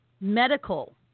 medical